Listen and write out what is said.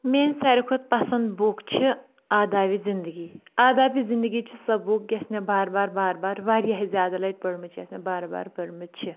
میٲنۍ ساروی کھۄتہٕ پسنٛد بُک چھِ آدابی زندگی عاد زندگی چھِ سۄ بُک یۄس مےٚ بار بار بار بار واریاہ زیادٕ لَٹہِ پٔرمٕژ چھےٚ یۄس مےٚ بار بار پٔرمٕژ چھِ